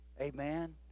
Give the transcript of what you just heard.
Amen